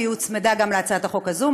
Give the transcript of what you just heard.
והיא הוצמדה להצעת החוק הזאת,